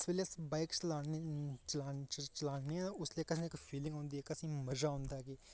जेल्लै अस बाइक चल चलान्ने आं उसदे कन्नै इक फीलिंग औंदी जिसदा असें गी इक मज़ा औंदा ऐ कि